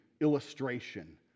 illustration